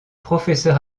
professeur